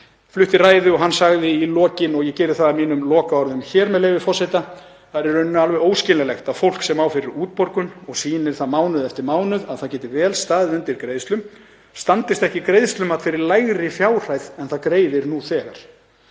flutti ræðu. Hann sagði í lokin, og ég geri það að mínum lokaorðum hér, með leyfi forseta: „Það er í rauninni alveg óskiljanlegt að fólk sem á fyrir útborgun og sýnir það mánuð eftir mánuð að það geti vel staðið undir greiðslum, standist ekki greiðslumat fyrir lægri fjárhæð en það greiðir nú þegar.